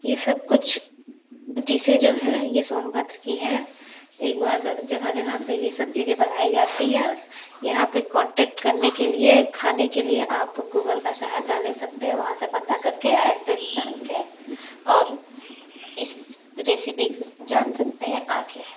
ये सब कुछ डिशें जो हैं ये सोनभद्र की हैं एक बार जगह जगह पे ये सब चीज़ें बनाई जाती है यहाँ पे कांटैक्ट करने के लिए खाने के लिए आप गूगल का सहायता ले सकते हैं वहाँ से पता करके एड्रेस जान के और इस रेसिपी जान सकते हैं आके